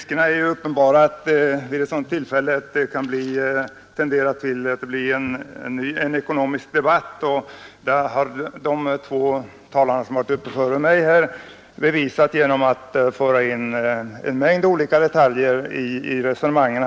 Herr talman! Vid ett sådant här tillfälle är riskerna för att det blir en ny ekonomisk debatt uppenbara — det har de två talare som varit uppe före mig visat genom att föra in en mängd olika detaljer i resonemanget.